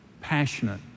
passionate